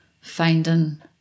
finding